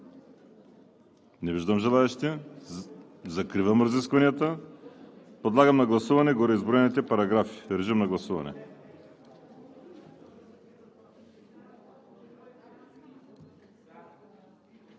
Не виждам желаещи. Закривам разискванията. Подлагам на гласуване гореизброените параграфи. Гласували